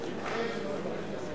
נתקבלו.